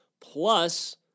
plus